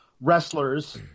wrestlers